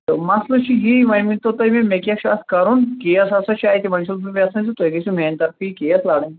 تہٕ مَسلہ چھُ یی وۄنۍ ؤنتو تُہۍ مےٚ مےٚ کیاہ چھُ اتھ کَرُن کیس ہسا چھُ اتہ وۄنۍ چھُس بہٕ یژھان زِ تُہۍ گٔژھِو میانہِ طرفہٕ یہِ کیس لڑٕنۍ